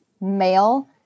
male